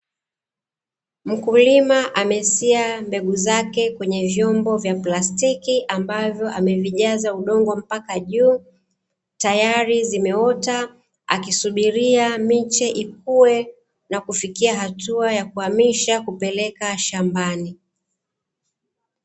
Mkulima amesia mbegu zake kwenye vyombo ya plastiki ambavyo amevijaza udongo mpaka juu, tayari zimeota akisubiria miche ikue na kufikia hatua ya kuhamisha kupeleka shambani.